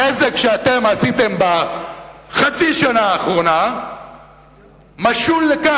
הנזק שאתם עשיתם בחצי השנה האחרונה משול לכך